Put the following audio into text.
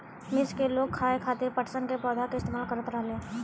मिस्र के लोग खाये खातिर पटसन के पौधा के इस्तेमाल करत रहले